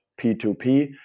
P2P